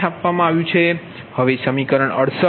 0005 અને B220